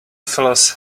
fellas